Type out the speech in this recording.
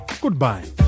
goodbye